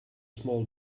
small